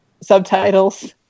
subtitles